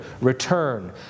return